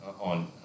on